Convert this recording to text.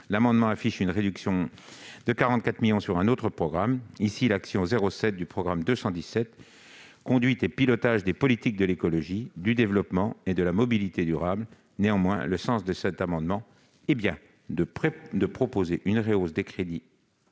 l'amendement affiche une réduction de 44 millions d'euros sur un autre programme, ici l'action 07 du programme 217, « Conduite et pilotage des politiques de l'écologie, du développement et de la mobilité durables ». Néanmoins, le sens de cet amendement est bien de proposer une augmentation des crédits